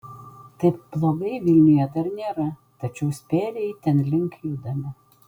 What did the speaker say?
taip blogai vilniuje dar nėra tačiau spėriai tenlink judame